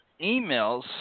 emails